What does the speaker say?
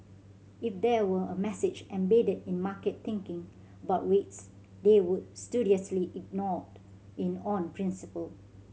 if there were a message embedded in market thinking about rates they would studiously ignored in on principle